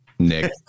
Nick